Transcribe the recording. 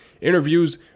interviews